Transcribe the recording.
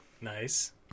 Nice